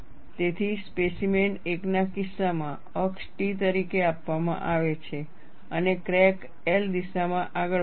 તેથી સ્પેસીમેન 1 ના કિસ્સામાં અક્ષ T તરીકે આપવામાં આવે છે અને ક્રેક એલ દિશામાં આગળ વધશે